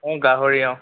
অঁ গাহৰি অঁ